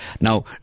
Now